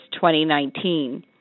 2019